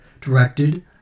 Directed